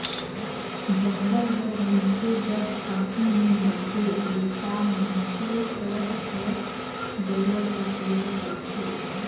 जंगल हर मइनसे जग काही नी मांगे उल्टा मइनसे कर हर जरूरत ल पूरा करथे